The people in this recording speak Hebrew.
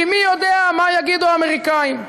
כי מי יודע מה יגידו האמריקנים,